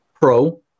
pro